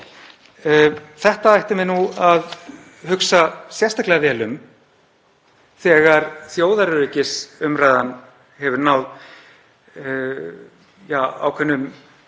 Þetta ættu menn að hugsa sérstaklega vel um þegar þjóðaröryggisumræðan hefur náð ákveðnum